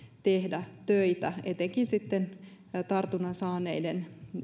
tehdä töitä etenkin sitten tartunnan saaneiden